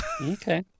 Okay